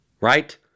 right